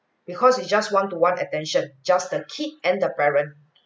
because it’s just one-to-one attention just the kid and the parent